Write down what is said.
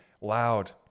Loud